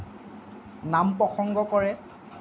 নাম প্ৰসংগ কৰে